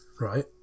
Right